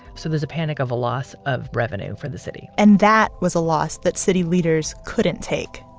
so there's a panic of a loss of revenue for the city and that was a loss that city leaders couldn't take.